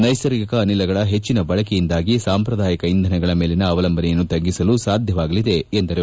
ನೈಸರ್ಗಿಕ ಅನಿಲಗಳ ಹೆಚ್ಚಿನ ಬಳಕೆಯಿಂದಾಗಿ ಸಾಂಪ್ರದಾಯಿಕ ಇಂಧನಗಳ ಮೇಲಿನ ಅವಲಂಬನೆಯನ್ನು ತಗ್ಗಿಸಲು ಸಾಧ್ಯವಾಗಲಿದೆ ಎಂದರು